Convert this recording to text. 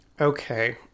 Okay